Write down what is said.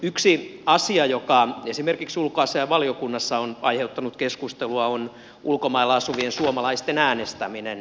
yksi asia joka esimerkiksi ulkoasiainvaliokunnassa on aiheuttanut keskustelua on ulkomailla asuvien suomalaisten äänestäminen